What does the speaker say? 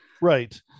Right